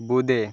বোঁদে